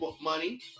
money